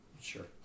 Sure